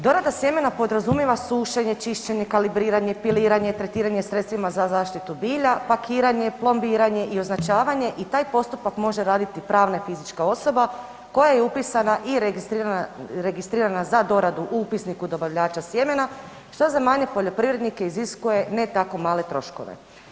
Dorada sjemena podrazumijeva sušenje, čišćenje, kalibriranje, piliranje, tretiranje sredstvima za zaštitu bilja, pakiranje, plombiranje i označavanje i taj postupak može raditi pravna i fizička osoba koja je upisana i registrirana za doradu u upisniku dobavljača sjemena, što za manje poljoprivrednike iziskuje ne tako male troškove.